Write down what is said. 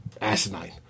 asinine